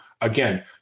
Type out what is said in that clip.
again